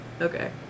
Okay